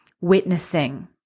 witnessing